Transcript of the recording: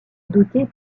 dotées